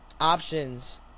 options